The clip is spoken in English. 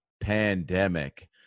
Pandemic